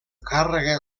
càrrega